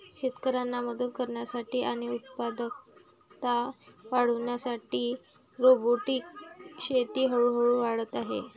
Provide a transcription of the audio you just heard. शेतकऱ्यांना मदत करण्यासाठी आणि उत्पादकता वाढविण्यासाठी रोबोटिक शेती हळूहळू वाढत आहे